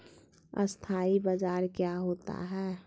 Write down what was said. अस्थानी बाजार क्या होता है?